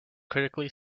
critically